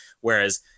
whereas